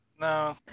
No